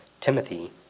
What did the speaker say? Timothy